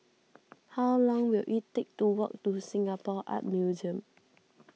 how long will it take to walk to Singapore Art Museum